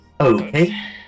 Okay